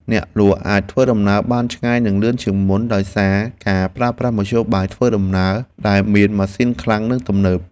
អ្នកលក់អាចធ្វើដំណើរបានឆ្ងាយនិងលឿនជាងមុនដោយសារការប្រើប្រាស់មធ្យោបាយធ្វើដំណើរដែលមានម៉ាស៊ីនខ្លាំងនិងទំនើប។